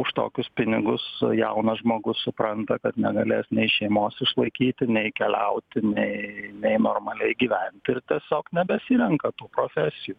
už tokius pinigus jaunas žmogus supranta kad negalės nei šeimos išlaikyti nei keliauti nei normaliai gyventi ir tiesiog nebesirenka tų profesijų